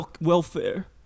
welfare